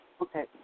Okay